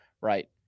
right